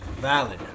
valid